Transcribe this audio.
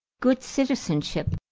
good citizenship,